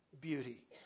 beauty